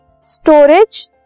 storage